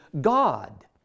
God